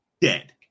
dead